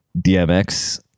DMX